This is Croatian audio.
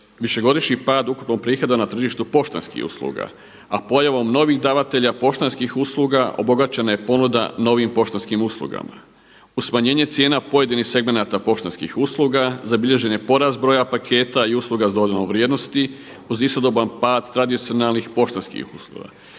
višegodišnji pad ukupnog prihoda na tržištu poštanskih usluga, a pojavom novih davatelja poštanskih usluga obogaćena je ponuda novim poštanskim uslugama. Uz smanjene cijena pojedinih segmenata poštanskih usluga zabilježen je porast broja paketa i usluga s dodanom vrijednosti uz istodoban pad tradicionalnih poštanskih usluga,